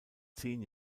zehn